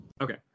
Okay